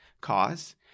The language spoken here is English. cause